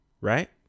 right